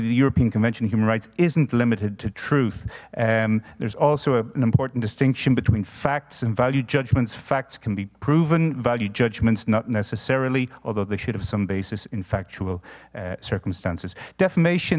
the european convention human rights isn't limited to truth and there's also an important distinction between facts and valued judgments facts can be proven value judgments not necessarily although they should have some basis in fact xual circumstances defamation